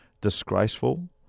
disgraceful